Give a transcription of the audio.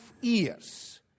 years